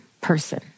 person